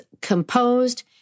composed